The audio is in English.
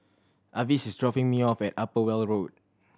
Avis is dropping me off at Upper Weld Road